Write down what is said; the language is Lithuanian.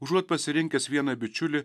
užuot pasirinkęs vieną bičiulį